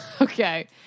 Okay